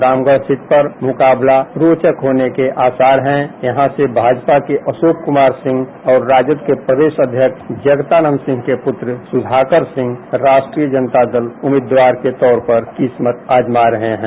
Ramgarh seat पर मुकाबला रोचक होने के आसार हैं यहां से भाजपा के अशोक कुमार सिंह और राजद के प्रदेश अध्यक्ष जगदानंद सिंह के पुत्र सुधाकर सिंह राष्ट्रीय जनता दल उम्मीदवार के तौर पर किस्मत आजमा रहे हैं